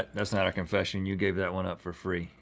that's not a confession. you gave that one up for free.